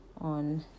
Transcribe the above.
on